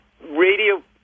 radio